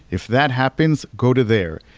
if that happens, go to there.